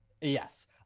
Yes